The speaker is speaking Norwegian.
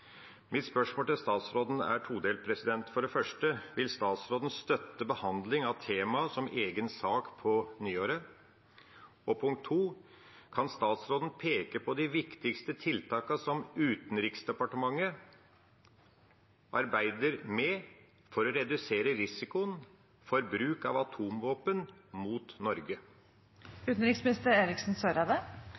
Mitt spørsmål til utenriksministeren er todelt. For det første: Vil utenriksministeren støtte behandling av temaet som egen sak på nyåret? Og for det andre: Kan utenriksministeren peke på de viktigste tiltakene som Utenriksdepartementet arbeider med for å redusere risikoen for bruk av atomvåpen mot